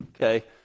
okay